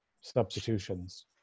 substitutions